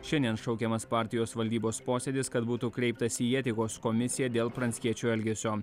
šiandien šaukiamas partijos valdybos posėdis kad būtų kreiptasi į etikos komisiją dėl pranckiečio elgesio